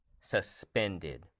Suspended